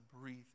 breathe